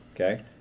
okay